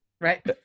right